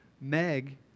Meg